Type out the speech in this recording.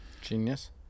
Genius